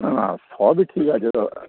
না না সবই ঠিক আছে তো